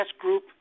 group